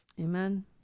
Amen